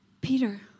Peter